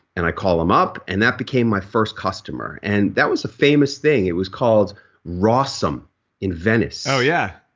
and i call him up and that became my first customer. and that was a famous thing, it was called rawesome in venice oh yeah,